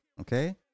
Okay